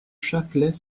chapelet